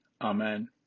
Amen